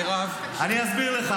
אני אסביר לך.